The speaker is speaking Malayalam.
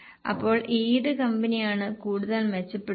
അപ്പോൾ ഏത് കമ്പനിയാണ് കൂടുതൽ മെച്ചപ്പെടുത്തിയത്